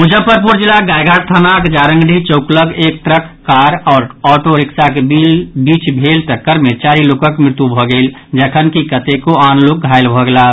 मुजफ्फरपुर जिलाक गायघाट थानाक जारंगडीह चौक लऽग एक ट्रक कार आओर ऑटो रिक्शाक बीच भेल टक्कर मे चारि लोकक मृत्यु भऽ गेल जखनकि कतेको आन लोक घायल भऽ गेलाह